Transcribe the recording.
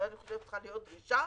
אני חושבת שזאת צריכה להיות היום דרישה